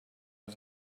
was